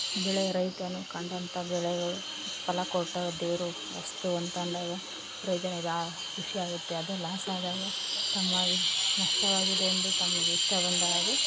ಬೆಳೆ ರೈತನು ಕಂಡಂಥ ಬೆಳೆಗಳು ಫಲ ಕೊಟ್ಟ ದೇವರು ವಸ್ತು ಅಂತ ಅಂದಾಗ ಪ್ರಯೋಜನವಿದೆ ಆ ಖುಷಿಯಾಗುತ್ತೆ ಅದು ಲಾಸ್ ಆದಾಗ ಸಮವಾಗಿ ನಷ್ಟವಾಗಿದೆ ಎಂದು ತಮಗೆ ಇಷ್ಟ ಬಂದ ಹಾಗೆ